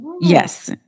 Yes